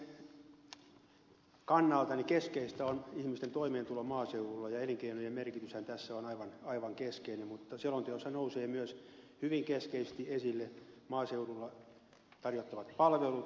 maaseudun kannalta keskeistä on ihmisten toimeentulo maaseudulla ja elinkeinojen merkityshän tässä on aivan keskeinen mutta selonteossa nousee myös hyvin keskeisesti esille maaseudulla tarjottavat palvelut